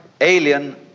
alien